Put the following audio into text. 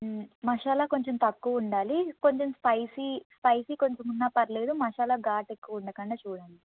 మసాలా కొంచెం తక్కువ ఉండాలి కొంచెం స్పైసీ స్పైసీ కొంచెం ఉన్న పర్లేదు మసాలా ఘాటు ఎక్కువ ఉండకుండా చూడండి